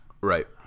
right